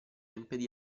impedì